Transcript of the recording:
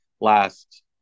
last